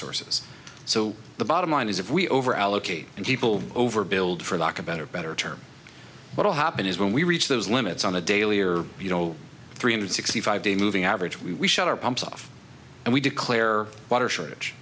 sources so the bottom line is if we over allocate and people over build for lack of better better terms what will happen is when we reach those limits on a daily or you know three hundred sixty five day moving average we shut our pumps off and we declare water shortage